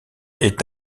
est